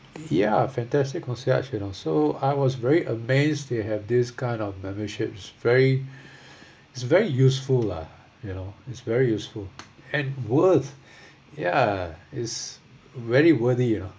ya fantastic concierge you know I was very amazed they have this kind of memberships very it's very useful lah you know it's very useful and worth ya it's very worthy you know